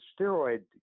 steroid